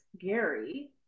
Gary